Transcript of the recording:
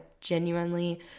genuinely